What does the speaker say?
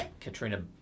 Katrina